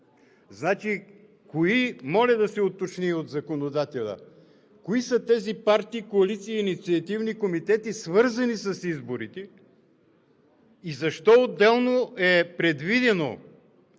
кампания. Моля да се уточни от законодателя: кои са тези партии, коалиции и инициативни комитети, свързани с изборите, и защо е предвидено